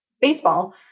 baseball